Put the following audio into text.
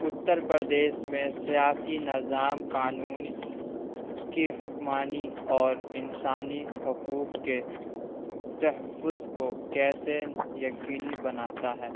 اتر پردیس میں سیاسی نظام قانون کی حکمرانی اور انسانی حقوق کے تحفظ کو کیسے یقینی بناتا ہے